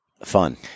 fun